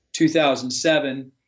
2007